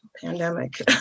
pandemic